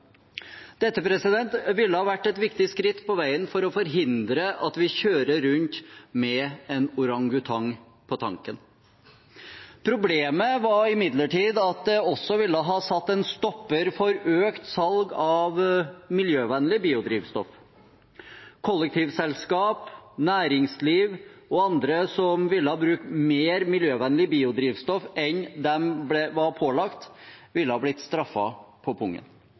Dette ville ha vært et viktig skritt på veien for å forhindre at vi kjører rundt med en orangutang på tanken. Problemet var imidlertid at det også ville ha satt en stopper for økt salg av miljøvennlig biodrivstoff. Kollektivselskap, næringsliv og andre som ville brukt mer miljøvennlig biodrivstoff enn de er pålagt, ville blitt straffet på pungen.